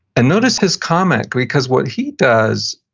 and notice his comment because what he does,